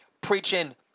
preaching